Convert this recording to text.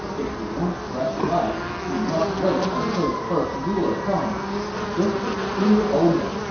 if you want fresh rice, you must wait until the first ruler comes this is a clear omen.